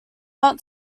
not